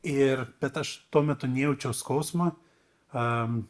ir bet aš tuo metu nejaučiau skausmo a